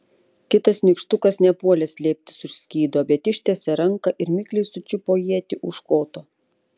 kitas nykštukas nepuolė slėptis už skydo bet ištiesė ranką ir mikliai sučiupo ietį už koto